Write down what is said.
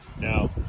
Now